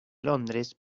londres